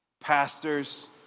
Pastors